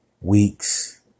weeks